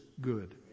good